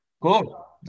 Cool